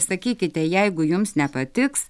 sakykite jeigu jums nepatiks